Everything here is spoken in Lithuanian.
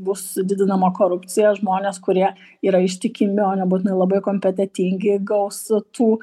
bus didinama korupcija žmonės kurie yra ištikimi o nebūtinai labai kompetentingi gaus tų